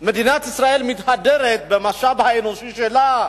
הרי מדינת ישראל מתהדרת במשאב האנושי שלה.